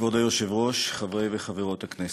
כבוד היושב-ראש, חברי וחברות הכנסת,